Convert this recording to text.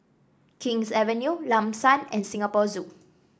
King's Avenue Lam San and Singapore Zoo